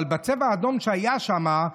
אבל בצבע האדום שהיה שם,